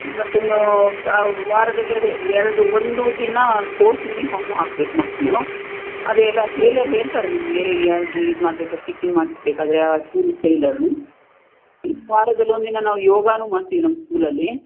ಮತ್ತಿನ್ನು ವಾರದಲ್ಲಿ ಅದೇ ಎರಡು ಒಂದು ದಿನ ಸ್ಪೋರ್ಟ್ಸ್ ಯುನಿಫಾರ್ಮನ್ನೂ ಹಾಕಬೇಕು ಮಕ್ಕಳು ಅದೆ ಎಲ್ಲ ಟೇಲರ್ ಹೇಳ್ತಾರೆ ನಿಮಗೆ ಯಾವ್ದು ಇದು ಮಾಡಬೇಕಾದರೆ ಸ್ಟಿಚಿಂಗ್ ಮಾಡಿಸಬೇಕಾದರೆ ಆ ಸ್ಕೂಲ್ ಟೇಲರ್ ವಾರದಲ್ಲಿ ಒಂದು ದಿನ ನಾವು ಯೋಗಾನು ಮಾಡ್ತೀವಿ ನಮ್ಮ ಸ್ಕೂಲಲ್ಲಿ